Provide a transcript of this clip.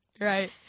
Right